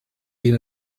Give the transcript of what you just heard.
been